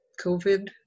COVID